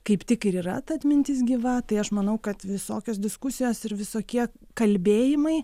kaip tik ir yra ta atmintis gyva tai aš manau kad visokios diskusijos ir visokie kalbėjimai